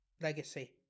Legacy